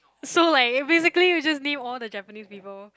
so like eh basically we just need all the Japanese people